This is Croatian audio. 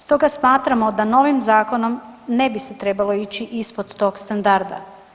Stoga smatramo da novim zakonom ne bi se trebalo ići ispod tog standarda.